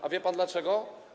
Czy wie pan dlaczego?